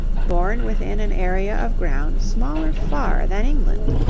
born within an area of ground smaller far than england.